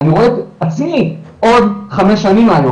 אני רואה את עצמי עוד חמש שנים מהיום,